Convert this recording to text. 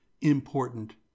important